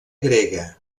grega